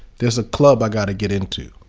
there's a club i got to get into.